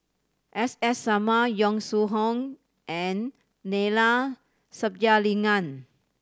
S S Sarma Yong Shu Hoong and Neila Sathyalingam